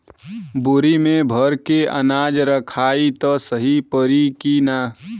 बोरी में भर के अनाज रखायी त सही परी की ना?